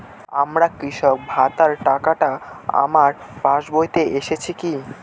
আমার কৃষক ভাতার টাকাটা আমার পাসবইতে এসেছে কি?